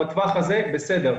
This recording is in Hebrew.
בטווח הזה זה בסדר,